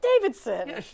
Davidson